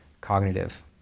cognitive